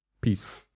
Peace